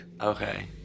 Okay